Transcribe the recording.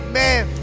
man